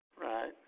Right